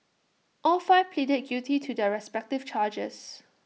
all five pleaded guilty to their respective charges